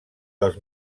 dels